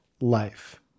life